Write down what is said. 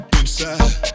inside